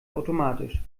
automatisch